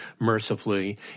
mercifully